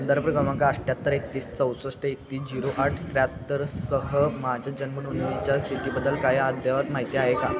संदर्भ कमांक अठ्ठ्याहत्तर एकतीस चौसष्ट एकतीस जिरो आठ त्र्याहत्तर सह माझ्या जन्मनोंदणीच्या स्थितीबद्दल काय अद्यायात माहिती आहे का